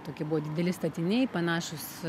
tokie buvo dideli statiniai panašūs